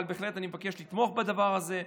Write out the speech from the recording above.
אבל אני בהחלט מבקש לתמוך בדבר הזה.